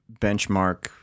benchmark